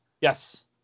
Yes